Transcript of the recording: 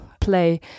play